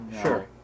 Sure